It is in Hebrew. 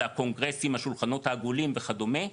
זה הקונגרס עם השולחנות העגולים וכדומה.